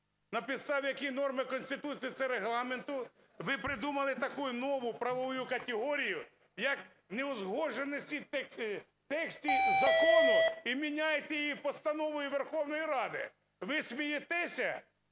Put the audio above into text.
на підставі якої норми Конституції та Регламенту ви придумали таку нову правову категорію, як неузгодженості в тексті закону, і міняєте її постановою Верховної Ради? Ви смієтеся